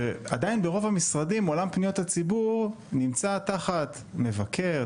עדיין ברוב המשרדים עולם פניות הציבור נמצא תחת מבקר,